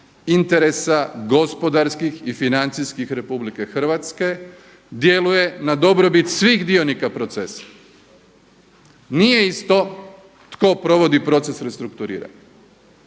interesa gospodarskih i financijskih RH djeluje na dobrobiti svih dionika procesa. Nije isto tko provodi proces restrukturiranja.